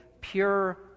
pure